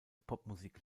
popmusik